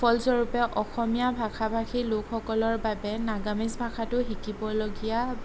ফলস্বৰূপে অসমীয়া ভাষা ভাষী লোকসকলৰ বাবে নাগামিজ ভাষাটো শিকিবলগীয়া